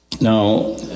Now